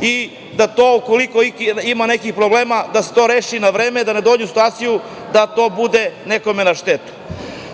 i da to ukoliko ima nekih problema da se to reši na vreme da ne dođemo u situaciju da to bude nekome na štetu.